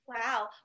Wow